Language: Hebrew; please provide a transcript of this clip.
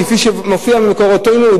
כפי שמופיע במקורותינו,